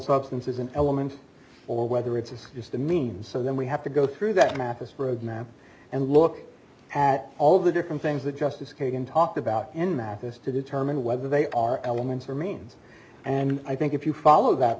substance is an element or whether it's just a means so then we have to go through that matches for a map and look at all the different things that justice kagan talked about in math is to determine whether they are elements or means and i think if you follow that